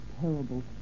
terrible